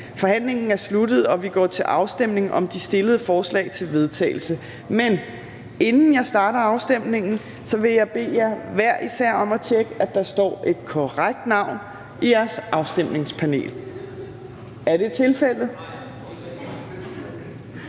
Forhandlingen er sluttet, og vi går til afstemning om de stillede forslag til vedtagelse. Der foreligger tre forslag. Men inden jeg starter afstemningen, vil jeg bede jer hver især om at tjekke, at der står et korrekt navn i jeres afstemningspanel. Er det tilfældet?